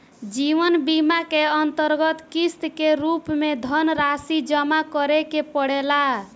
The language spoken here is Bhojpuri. जीवन बीमा के अंतरगत किस्त के रूप में धनरासि जमा करे के पड़ेला